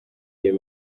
iyo